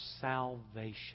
salvation